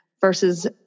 versus